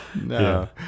no